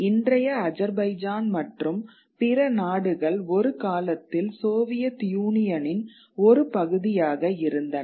இன்றைய அஜர்பைஜான் மற்றும் பிற நாடுகள் ஒரு காலத்தில் சோவியத் யூனியனின் ஒரு பகுதியாக இருந்தன